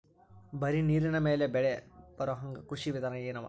ಬರೀ ನೀರಿನ ಮೇಲೆ ಬೆಳಿ ಬರೊಹಂಗ ಕೃಷಿ ವಿಧಾನ ಎನವ?